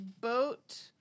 boat